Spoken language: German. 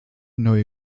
neue